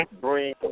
bring